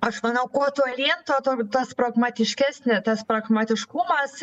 aš manau kuo tolyn tuo tuo tas pragmatiškesni tas pragmatiškumas